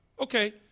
Okay